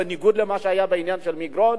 בניגוד למה שהיה בעניין של מגרון,